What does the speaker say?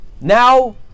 now